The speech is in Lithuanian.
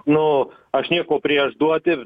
nu aš nieko prieš duoti